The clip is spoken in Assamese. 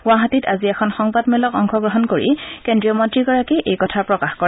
গুৱাহাটীত আজি এখন সংবাদমেলত অংশগ্ৰহণ কৰি কেন্দ্ৰীয় মন্ত্ৰীগৰাকীয়ে এই কথা প্ৰকাশ কৰে